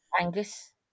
Angus